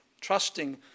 trusting